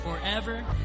forever